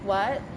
[what]